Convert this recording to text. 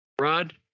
Rod